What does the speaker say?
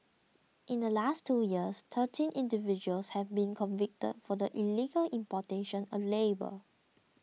in the last two years thirteen individuals have been convicted for the illegal importation of labour